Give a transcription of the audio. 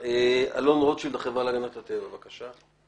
אלון רוטשילד, החברה להגנת הטבע, בבקשה.